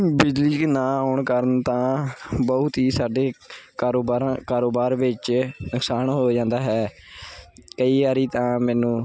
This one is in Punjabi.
ਬਿਜਲੀ ਨਾ ਆਉਣ ਕਾਰਨ ਤਾਂ ਬਹੁਤ ਹੀ ਸਾਡੇ ਕਾਰੋਬਾਰਾਂ ਕਾਰੋਬਾਰ ਵਿੱਚ ਨੁਕਸਾਨ ਹੋ ਜਾਂਦਾ ਹੈ ਕਈ ਵਾਰੀ ਤਾਂ ਮੈਨੂੰ